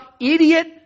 idiot